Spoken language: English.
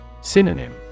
Synonym